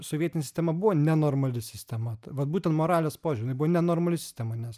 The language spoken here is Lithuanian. sovietinė sistema buvo nenormali sistema vat būtent moralės požiūriu jinai buvo nenormali sistema nes